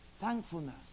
Thankfulness